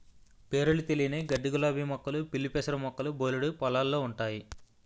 పేరులు తెలియని గడ్డిగులాబీ మొక్కలు పిల్లిపెసర మొక్కలు బోలెడు పొలాల్లో ఉంటయి